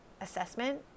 assessment